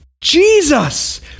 Jesus